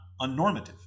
unnormative